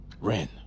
Ren